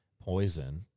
poison